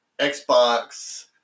Xbox